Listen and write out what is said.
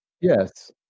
Yes